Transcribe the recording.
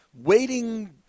waiting